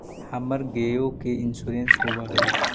हमर गेयो के इंश्योरेंस होव है?